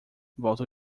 volto